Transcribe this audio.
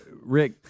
Rick